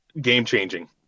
game-changing